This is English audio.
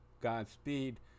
Godspeed